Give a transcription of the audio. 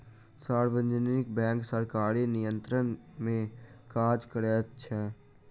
सार्वजनिक बैंक सरकारी नियंत्रण मे काज करैत छै